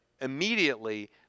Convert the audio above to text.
immediately